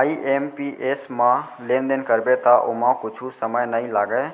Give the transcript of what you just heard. IMPS म लेनदेन करबे त ओमा कुछु समय नइ लागय,